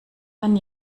dann